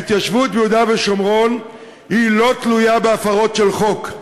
ההתיישבות ביהודה ושומרון אינה תלויה בהפרות חוק,